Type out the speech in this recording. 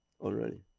already